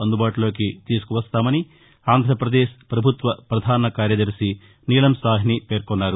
అందుబాటులోకి తీసుకువస్తామని ఆంధ్రప్రదేశ్ పభుత్వ పధాన కార్యదర్శి నీలం సాహ్ని పేర్కొన్నారు